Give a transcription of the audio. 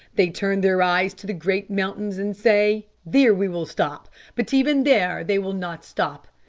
they turn their eyes to the great mountains, and say, there we will stop but even there they will not stop.